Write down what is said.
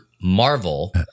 Marvel